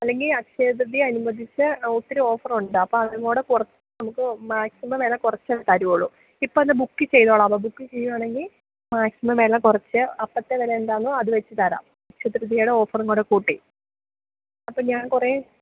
അല്ലെങ്കിൽ അക്ഷയ തൃതീയ അനുബന്ധിച്ച് ഒത്തിരി ഓഫറുണ്ട് അപ്പോൾ അതും കൂടെ കുറെ നമുക്ക് മാക്സിമം വില കുറച്ച് തരുവോളു ഇപ്പോൾ എന്ന ബുക്ക് ചെയ്തോളാലോ ബുക്ക് ചെയ്യുവാണെങ്കിൽ മാക്സിമം വില കുറച്ച് അപ്പോഴത്തെ വില എന്താന്നോ അത് വെച്ച് തരാം അക്ഷയ തൃതീയയുടെ ഓഫറും കൂടെ കൂട്ടി അപ്പോൾ ഞാൻ കുറേ